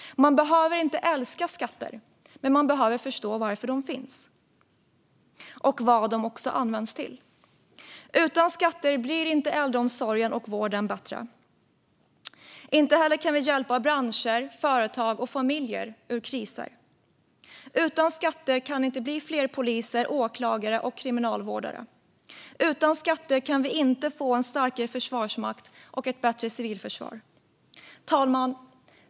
Man behöver inte älska skatter men man behöver förstå varför de finns och vad de används till. Utan skatter blir inte äldreomsorgen och vården bättre. Inte heller kan vi hjälpa branscher, företag och familjer ur kriser. Utan skatter kan det inte bli fler poliser, åklagare eller kriminalvårdare. Utan skatter kan vi inte få en starkare försvarsmakt och ett bättre civilförsvar. Fru talman!